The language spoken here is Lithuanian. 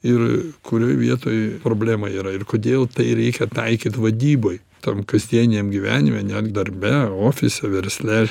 ir kurioj vietoj problema yra ir kodėl tai reikia taikyt vadyboj tam kasdieniam gyvenime net darbe ofise versle